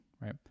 right